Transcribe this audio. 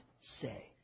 say